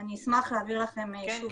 אני אשמח להעביר לכם שוב, אם תרצו.